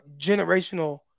generational